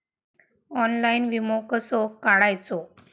Online विमो कसो काढायचो?